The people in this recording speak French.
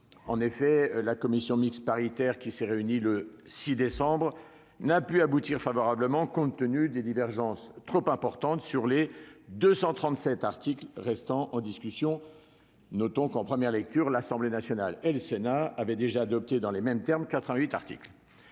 En effet, la commission mixte paritaire, qui s'est réunie le 6 décembre dernier, n'a pu aboutir favorablement, en raison de la persistance de divergences trop importantes portant sur les 237 articles restant en discussion. Notons qu'en première lecture l'Assemblée nationale et le Sénat avaient déjà adopté, dans les mêmes termes, 88 articles.